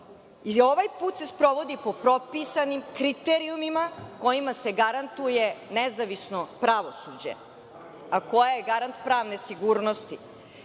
Ovaj put se sprovodi po propisanim kriterijumima kojima se garantuje nezavisno pravosuđe, a koje je garant pravne sigurnosti. Takođe